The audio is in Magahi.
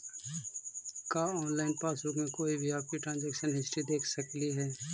का ऑनलाइन पासबुक में कोई भी आपकी ट्रांजेक्शन हिस्ट्री देख सकली हे